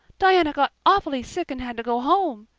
diana got awfully sick and had to go home.